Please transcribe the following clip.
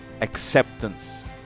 acceptance